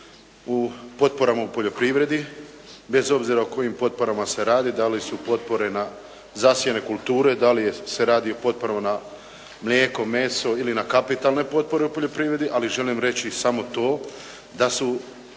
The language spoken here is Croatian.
u potporama u poljoprivredi bez obzira o kojim potporama se radi, da li su potpore na zasjeve kulture, da li se radi o potporama na mlijeko, meso ili na kapitalne potpore u poljoprivredi. Ali želim reći samo to da su